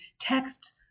texts